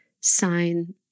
sign